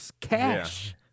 cash